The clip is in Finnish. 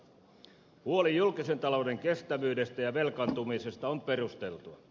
huoli julkisen talouden kestävyydestä ja velkaantumisesta on perusteltu